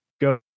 go